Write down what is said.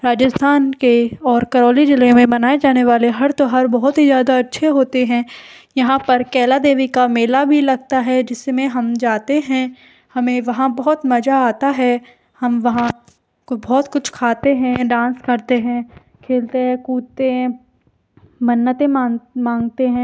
राजस्थान के और करौली जिले में मनाए जाने वाले हर त्यौहार बहुत ही ज़्यादा अच्छे होते हैं यहाँ पर कैला देवी का मेला भी लगता है जिसमे हम जाते हैं हमे वहाँ बहुत मजा आता है हम वहाँ को बहुत कुछ खाते हैं डांस करते हैं खेलते है कूदते है मन्नतें मांगते हैं